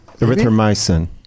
Erythromycin